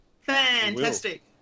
Fantastic